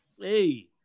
Hey